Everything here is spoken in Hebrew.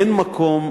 אין מקום,